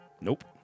Nope